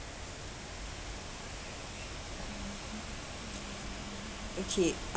okay